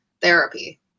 therapy